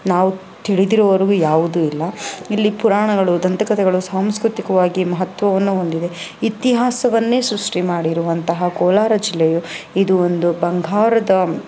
ನಾವು ತಿಳಿದಿರೋವರೆಗೂ ಯಾವುದೂ ಇಲ್ಲ ಇಲ್ಲಿ ಪುರಾಣಗಳು ದಂತಕತೆಗಳು ಸಾಂಸ್ಕೃತಿಕವಾಗಿ ಮಹತ್ವವನ್ನು ಹೊಂದಿದೆ ಇತಿಹಾಸವನ್ನೇ ಸೃಷ್ಟಿ ಮಾಡಿರುವಂತಹ ಕೋಲಾರ ಜಿಲ್ಲೆಯು ಇದು ಒಂದು ಬಂಗಾರದ